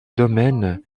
domaine